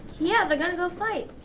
yeah, they're gonna go fight.